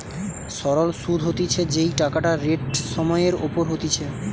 সরল সুধ হতিছে যেই টাকাটা রেট সময় এর ওপর হতিছে